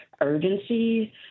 urgency